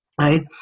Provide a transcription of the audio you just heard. Right